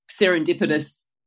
serendipitous